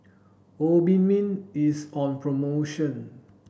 Obimin is on promotion